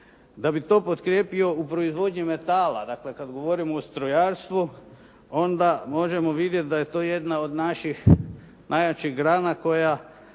Da bih to potkrijepio, u proizvodnji metala, dakle kad govorimo o strojarstvu, onda možemo vidjet da je to jedna od naših najjačih grana koja